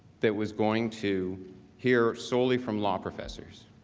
that was going to hear solely from law professors.